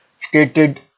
stated